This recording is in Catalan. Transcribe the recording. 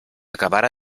acabara